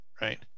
right